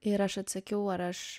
ir aš atsakiau ar aš